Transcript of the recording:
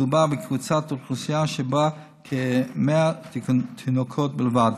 מדובר בקבוצת אוכלוסייה אשר בה כ-100 תינוקות בלבד.